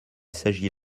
s’agit